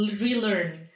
relearn